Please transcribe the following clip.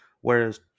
whereas